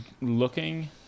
looking